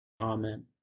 Amen